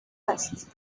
است